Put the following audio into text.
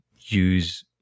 use